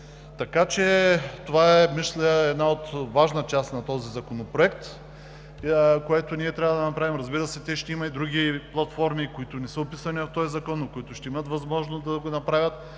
че това е една важна част от Законопроекта, който ние трябва да направим. Разбира се, ще има и други платформи, които не са описани в този закон, но които ще имат възможност да го направят.